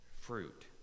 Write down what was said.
fruit